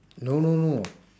no no no